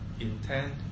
Intent